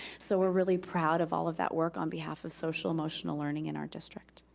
so we're really proud of all of that work on behalf of social-emotional learning in our district.